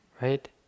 right